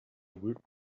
woot